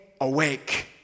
awake